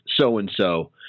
so-and-so